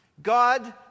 God